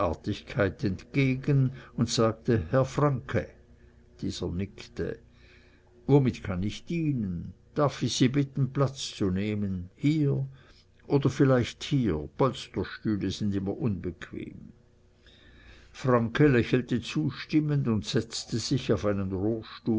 entgegen und sagte herr franke dieser nickte womit kann ich dienen darf ich sie bitten platz zu nehmen hier oder vielleicht hier polsterstühle sind immer unbequem franke lächelte zustimmend und setzte sich auf einen